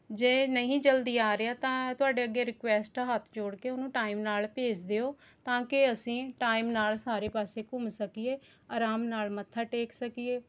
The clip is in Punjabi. ਜੇ ਨਹੀਂ ਜਲਦੀ ਆ ਰਿਹਾ ਤਾਂ ਤੁਹਾਡੇ ਅੱਗੇ ਰਿਕਵੈਸਟ ਆ ਹੱਥ ਜੋੜ ਕੇ ਉਹਨੂੰ ਟਾਈਮ ਨਾਲ ਭੇਜ ਦਿਓ ਤਾਂ ਕਿ ਅਸੀਂ ਟਾਈਮ ਨਾਲ ਸਾਰੇ ਪਾਸੇ ਘੁੰਮ ਸਕੀਏ ਅਰਾਮ ਨਾਲ ਮੱਥਾ ਟੇਕ ਸਕੀਏ